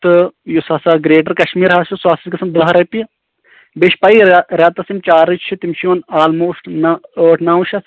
تہٕ یُس ہسا گرٛیٹر کشمیٖر ہسا چھُ سُہ ہسا چھُ گژھان دَہ رۄپیہ بیٚیہٕ چھِ پیی رے ریٚتس یِم چارج چھِ تِم چھِ یوان آلموسٹ نہ ٲٹھ نو شٮ۪تھ